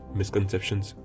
misconceptions